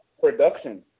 production